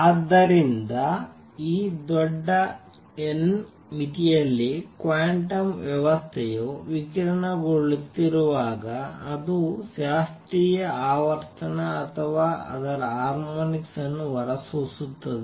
ಆದ್ದರಿಂದ ಈ ದೊಡ್ಡ n ಮಿತಿಯಲ್ಲಿ ಕ್ವಾಂಟಮ್ ವ್ಯವಸ್ಥೆಯು ವಿಕಿರಣಗೊಳ್ಳುತ್ತಿರುವಾಗ ಅದು ಶಾಸ್ತ್ರೀಯ ಆವರ್ತನ ಅಥವಾ ಅದರ ಹಾರ್ಮೋನಿಕ್ಸ್ ಅನ್ನು ಹೊರಸೂಸುತ್ತದೆ